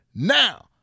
Now